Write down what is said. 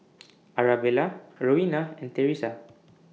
Arabella Rowena and Theresa